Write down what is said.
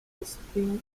disgustingly